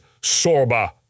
Sorba